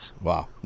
Wow